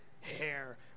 hair